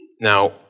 Now